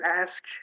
ask